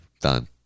done